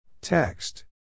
Text